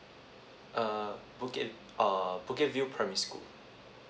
err bukit err bukit view primary school